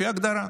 לפי ההגדרה,